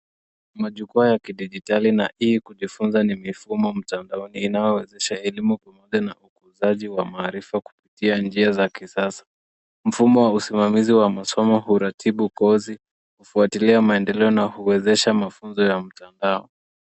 Majukwaa ya kidigitali na e-kujifunza ni mfumo wa mtandaoni unaowezesha elimu na ukuzaji wa maarifa kwa kupitia njia za kisasa. Mfumo wa usimiwa wa masomo huratibu ngzi kufuatilia maendeleo na kuwezesha mafunzo ya mchana.